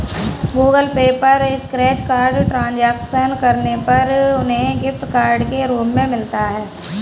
Google Pay पर scratch card transaction करने पर उन्हें गिफ्ट कार्ड के रूप में मिलता है